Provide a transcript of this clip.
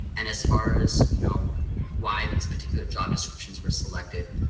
and as far as you know why these particular job descriptions were selected.